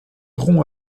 rompt